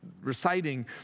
reciting